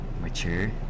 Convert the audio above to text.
mature